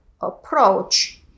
approach